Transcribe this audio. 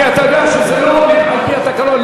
כי אתה יודע שזה לא על-פי התקנון.